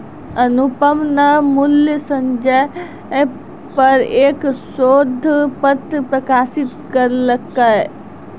अनुपम न मूल्य संचय पर एक शोध पत्र प्रकाशित करलकय